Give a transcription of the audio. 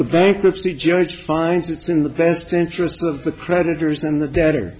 the bankruptcy judge finds it's in the best interest of the creditors and the d